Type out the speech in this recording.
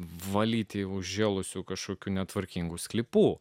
valyti užžėlusių kažkokių netvarkingų sklypų